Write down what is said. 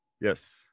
Yes